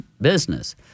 business